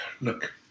Look